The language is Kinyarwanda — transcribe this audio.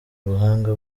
ubuhanga